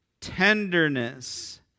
tenderness